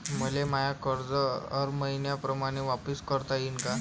मले माय कर्ज हर मईन्याप्रमाणं वापिस करता येईन का?